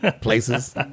places